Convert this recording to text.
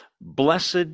blessed